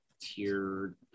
tier